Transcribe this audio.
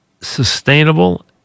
sustainable